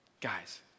Guys